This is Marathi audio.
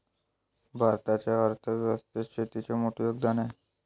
भारताच्या अर्थ व्यवस्थेत शेतीचे मोठे योगदान आहे